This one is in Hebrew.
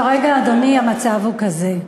כרגע, אדוני, המצב הוא כזה: